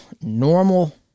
normal